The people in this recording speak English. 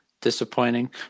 disappointing